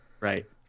right